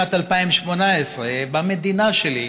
בשנת 2018, במדינה שלי,